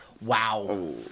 Wow